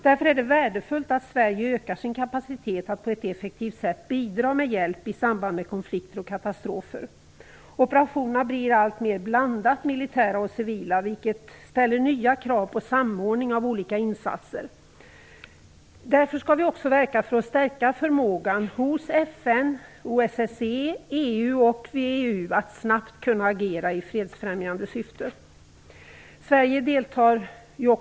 Därför är det värdefullt att Sverige ökar sin kapacitet att på ett effektivt sätt bidra med hjälp i samband med konflikter och katastrofer. Operationerna blir alltmer blandat militära och civila, vilket ställer nya krav på samordning av olika insatser. Därför skall vi också verka för att stärka förmågan hos FN, OSSE, EU och VEU att snabbt agera i fredsfrämjande syfte.